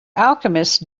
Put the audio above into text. alchemist